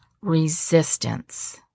resistance